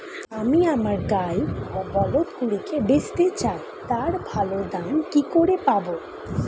আমি আমার গাই ও বলদগুলিকে বেঁচতে চাই, তার ভালো দাম কি করে পাবো?